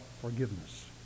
forgiveness